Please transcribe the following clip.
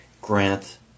grant